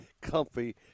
comfy